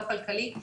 לא כלכלי.